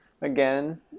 again